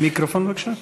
מיקרופון בבקשה.